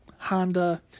honda